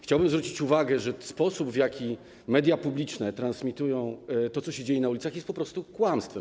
Chciałbym zwrócić uwagę, że sposób, w jaki media publiczne transmitują to, co się dzieje na ulicach, jest po prostu kłamstwem.